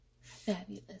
Fabulous